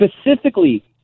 Specifically